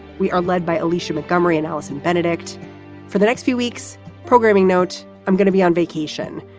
we are led by alicia montgomery and alison benedict for the next few weeks programming note, i'm going to be on vacation,